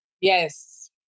Yes